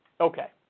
Okay